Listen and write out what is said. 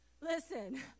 listen